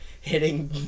hitting